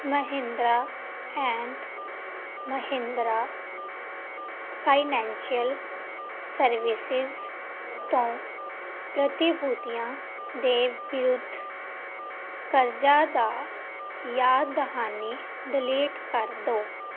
Mahindra and Mahindra financial services ਤੋਂ ਪ੍ਰਤੀਭੂਤੀਆਂ ਦੇ ਵਿਰੁੱਧ ਕਰਜ਼ਾ ਦਾ ਯਾਦ ਦਹਾਨੀ ਡਿਲੀਟ ਕਰ ਦੋ